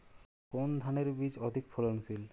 কোন ধানের বীজ অধিক ফলনশীল?